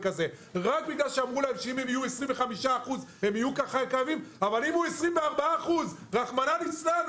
רק כי אמרו להם שאם יהיו 25% יהיו - אבל אם הוא 24% רחמנא ליצלן,